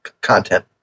content